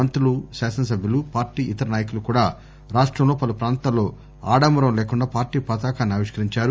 మంత్రులు శాసనసభ్యులు పార్టీ ఇతర నాయకులు కూడా రాష్టంలో పలు ప్రాంతాల్లో ఆడంబరం లేకుండా పార్టీ పతాకాన్ని ఆవిష్కరించారు